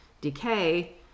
decay